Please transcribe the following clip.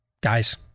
Guys